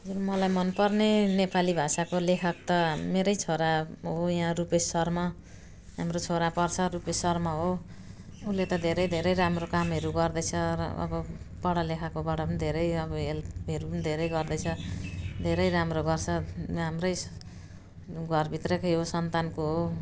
जुन मलाई मन पर्ने नेपाली भाषाको लेखक त मेरै छोरा हो यहाँ रुपेश शर्मा हाम्रो छोरा पर्छ रुपेश शर्मा हो उसले त धेरै धेरै राम्रो कामहरू गर्दैछ र अब पढालेखाको बाट पनि धेरै अब हेल्पहरू पनि धेरै गर्दैछ धेरै राम्रो गर्छ राम्रै घरभित्रैको हो सन्तानको हो